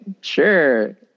sure